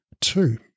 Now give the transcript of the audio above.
Two